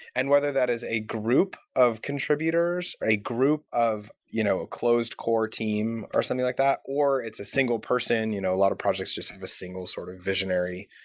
and whether that is a group of contributors, a group of you know a closed core team, or something like that, or it's a single person. you know a lot of projects just have a single sort of visionary.